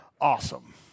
awesome